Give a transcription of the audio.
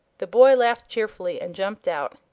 the boy laughed cheerfully and jumped out.